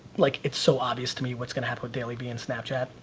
like it's so obvious to me what's going to happen with dailyvee and snapchat.